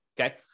Okay